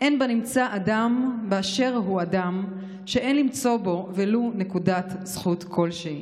"אין בנמצא אדם באשר הוא אדם שאין למצוא בו ולו נקודת זכות כלשהי".